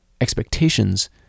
expectations